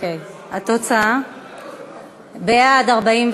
46 בעד,